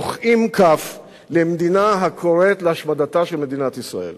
מוחאים כף למדינה הקוראת להשמדה של מדינת ישראל,